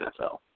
NFL